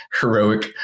heroic